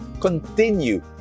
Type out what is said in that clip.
continue